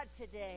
today